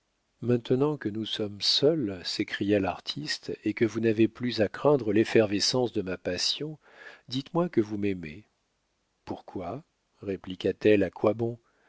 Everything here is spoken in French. maintenant que nous sommes seuls s'écria l'artiste et que vous n'avez plus à craindre l'effervescence de ma passion dites-moi que vous m'aimez pourquoi répliqua-t-elle à quoi bon